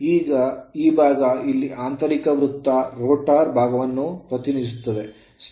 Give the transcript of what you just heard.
ಈ ಭಾಗ ಇಲ್ಲಿ ಆಂತರಿಕ ವೃತ್ತ ರೋಟರ್ ಭಾಗವನ್ನು ಪ್ರತಿನಿಧಿಸುತ್ತದೆ